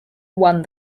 won